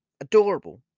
Adorable